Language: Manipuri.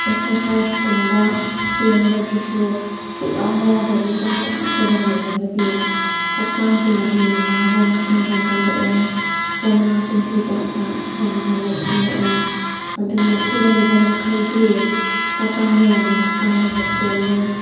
ꯑꯦꯛꯁꯔꯁꯥꯏꯁꯀꯨꯝꯕ ꯆꯦꯟꯕꯁꯤꯁꯨ ꯁꯨꯛꯌꯥꯎ ꯌꯥꯎꯗ꯭ꯔꯗꯤ ꯆꯥꯕ ꯈꯛꯇꯗ ꯂꯩꯔꯕꯗꯤ ꯍꯛꯆꯥꯡꯁꯦ ꯌꯥꯝꯅ ꯅꯥꯕ ꯃꯁꯤꯡ ꯍꯦꯛꯒꯠꯂꯛꯑꯦ ꯂꯥꯏꯅꯥꯁꯤꯡꯁꯨ ꯖꯥꯠ ꯖꯥꯠ ꯌꯥꯝꯅ ꯂꯩꯈꯠꯂꯛꯑꯦ ꯑꯗꯨꯅ ꯆꯦꯜꯂꯤꯕ ꯃꯈꯩꯗꯤ ꯍꯛꯆꯥꯡꯗ ꯌꯥꯝꯅ ꯀꯥꯟꯅꯕ ꯍꯦꯜꯂꯦ